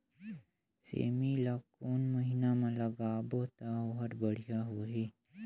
सेमी ला कोन महीना मा लगाबो ता ओहार बढ़िया होही?